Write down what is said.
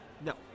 No